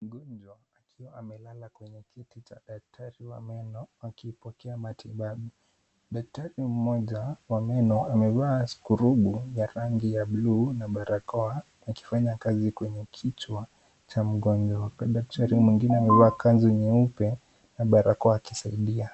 Mgonjwa akiwa amelala kwenye kiti cha daktari wa meno akipokea matibabu. Daktari mmoja wa meno amevaa skrubu ya rangi ya buluu na barakoa akifanya kazi kwenye kichwa cha mgonjwa na daktari mwingine amevaa kanzu nyeupe na barakoa akisaidia.